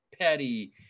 Petty